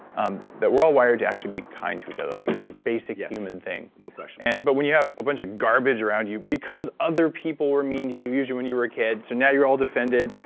um but we're all wired to actually be kind to each other. like it's a basic human thing yes, no question and but when you have a bunch of garbage around you because other people were mean to you, usually when you were a kid, so now you're all defended,